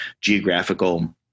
geographical